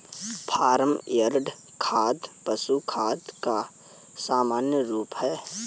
farm yard खाद पशु खाद का सामान्य रूप है